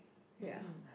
ya